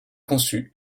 conçu